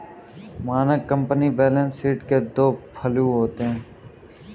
मानक company balance sheet के दो फ्लू होते हैं